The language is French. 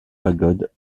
pagode